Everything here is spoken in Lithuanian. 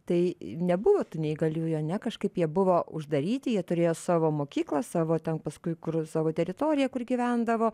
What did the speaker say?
tai nebuvo tų neįgaliųjų ane kažkaip jie buvo uždaryti jie turėjo savo mokyklą savo ten paskui kur savo teritoriją kur gyvendavo